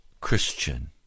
Christian